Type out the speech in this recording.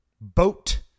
boat